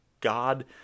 God